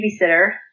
babysitter